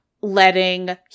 letting